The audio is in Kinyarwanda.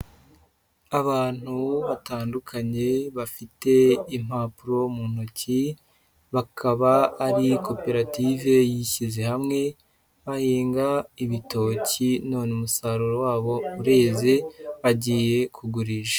Abantu batandukanye bafite impapuro mu ntoki, bakaba ari koperative yishyize hamwe bahinga ibitoki, none umusaruro wabo ureze, bagiye kugurisha.